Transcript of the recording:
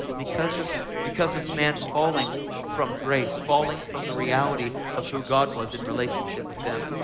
because of because of man falling from grace, falling from the reality of who god was in relationship of them.